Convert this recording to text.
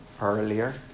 earlier